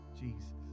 Jesus